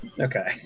Okay